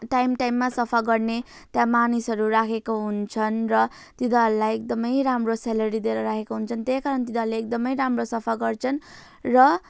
time टाइममा सफा गर्ने त्यहाँ मानिसहरू राखेको हुन्छन् र तिनीहरूलाई एकदमै राम्रो स्यालरी दिएर राखेको हुन्छन् त्यही कारण तिनीहरूले एकदमै राम्रो सफा गर्छन् र